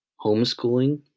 Homeschooling